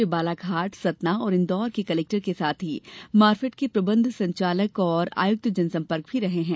वे बालाघाट सतना और इन्दौर के कलेक्टर के साथ ही मार्फेड के प्रबंध संचालक और आयुक्त जनसंपर्क भी रहे हैं